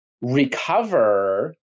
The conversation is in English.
recover